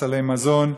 סלי מזון.